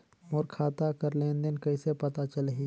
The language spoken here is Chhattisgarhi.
मोर खाता कर लेन देन कइसे पता चलही?